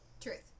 truth